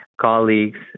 colleagues